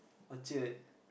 Orchard